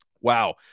wow